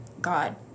god